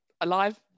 alive